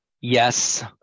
Yes